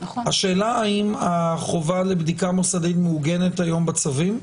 השאלה האם החובה לבדיקה מוסדית מעוגנת היום בצווים?